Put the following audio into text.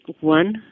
One